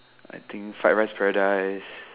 I think fried-rice-paradise